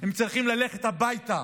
הם צריכים ללכת הביתה